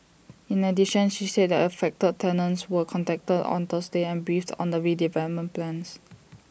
in addition she said that affected tenants were contacted on Thursday and briefed on the redevelopment plans